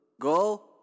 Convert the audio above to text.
Go